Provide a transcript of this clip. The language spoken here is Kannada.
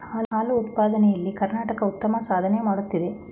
ಹಾಲು ಉತ್ಪಾದನೆ ಎಲ್ಲಿ ಕರ್ನಾಟಕ ಉತ್ತಮ ಸಾಧನೆ ಮಾಡುತ್ತಿದೆ